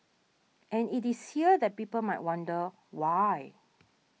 and it is here that people might wonder why